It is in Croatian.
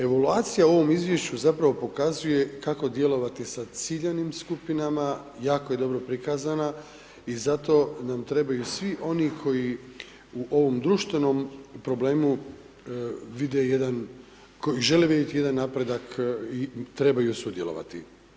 Evulacija u ovom izvješću zapravo pokazuje kako djelovati sa ciljanim skupinama, jako je dobro prikazana i zato nam trebaju svi oni koji u ovom društvenom problemu vide jedan, žele vidjeti jedan napredak i trebaju sudjelovati.